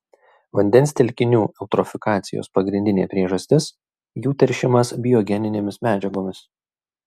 vandens telkinių eutrofikacijos pagrindinė priežastis jų teršimas biogeninėmis medžiagomis